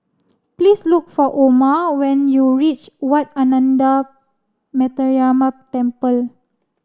please look for Oma when you reach Wat Ananda Metyarama Temple